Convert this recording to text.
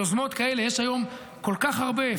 יוזמות כאלה יש היום כל כך הרבה,